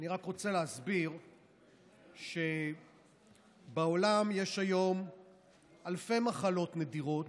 רק רוצה להסביר שבעולם יש היום אלפי מחלות נדירות,